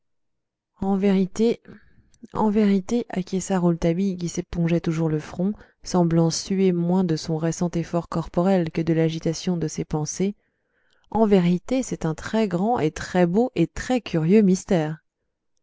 en vérité en vérité acquiesça rouletabille qui s'épongeait toujours le front semblant suer moins de son récent effort corporel que de l'agitation de ses pensées en vérité c'est un très grand et très beau et très curieux mystère